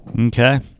Okay